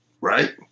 right